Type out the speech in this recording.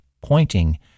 pointing